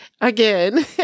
again